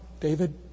David